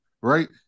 right